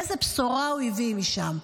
איזו בשורה הוא הביא משם.